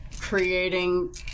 creating